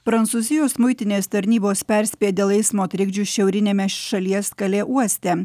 prancūzijos muitinės tarnybos perspėja dėl eismo trikdžių šiauriniame šalies kalė uoste